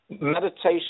meditation